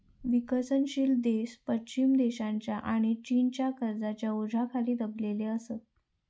विकसनशील देश पश्चिम देशांच्या आणि चीनच्या कर्जाच्या ओझ्याखाली दबलेले असत